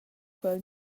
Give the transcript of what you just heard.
quel